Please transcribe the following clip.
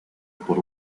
por